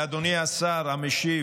ואדוני השר המשיב,